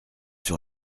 sur